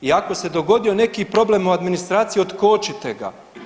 I ako se dogodi neki problem u administraciji, otkočite ga.